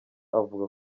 avuga